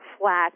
flat